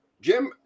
Jim